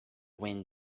wind